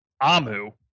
Amu